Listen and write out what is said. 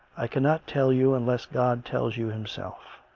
i cannot tell you unless god tells you himself.